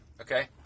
okay